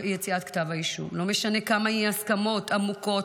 יציאת כתב האישום: לא משנה כמה אי-ההסכמות עמוקות,